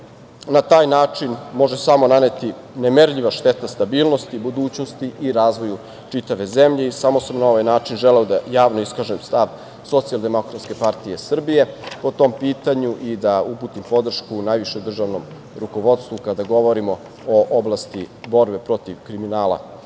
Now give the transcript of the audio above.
na taj način može samo naneti nemerljiva šteta stabilnosti, budućnosti i razvoju čitave zemlje. Samo sam na ovaj način želeo da javno iskažem stav Socijaldemokratske partije Srbije po tom pitanju i da uputim podršku najvišem državnom rukovodstvu, kada govorimo o oblasti borbe protiv kriminala i